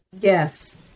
Yes